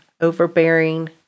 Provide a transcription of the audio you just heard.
overbearing